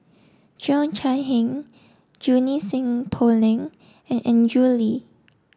Cheo Chai Hiang Junie Sng Poh Leng and Andrew Lee